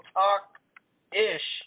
talk-ish